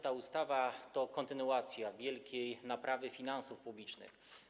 Ta ustawa to kontynuacja wielkiej naprawy finansów publicznych.